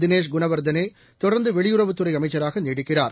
தினேஷ் குணவர்த்தனேதொடர்ந்துவெளியுறவுத் துறைஅமைச்சராகநீடிக்கிறார்